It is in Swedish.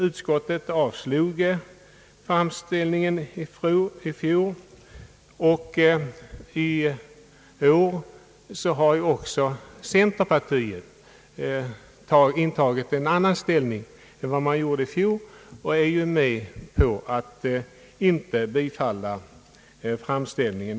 Utskottet avstyrkte framställningen i fjol. I år har också centerpartiet intagit en annan ståndpunkt än man gjorde i fjol och vill inte i år biträda framställningen.